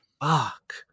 Fuck